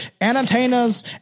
entertainers